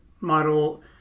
model